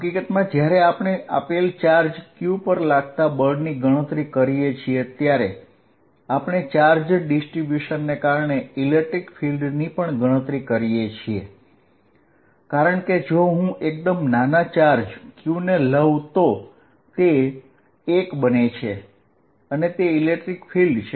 હકીકતમાં જ્યારે આપણે આપેલ ચાર્જ q પર લાગતા બળની ગણતરી કરીએ છીએ ત્યારે આપણે ચાર્જ ડિસ્ટ્રીબ્યુશનને કારણે ઇલેક્ટ્રિક ફિલ્ડની પણ ગણતરી કરીએ છીએ કારણ કે જો હું એકદમ નાના ચાર્જ q ને લઉ તો તે 1બને છે અને તે ઇલેક્ટ્રિક ફિલ્ડ છે